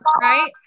right